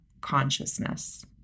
consciousness